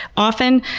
often.